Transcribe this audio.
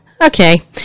okay